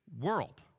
world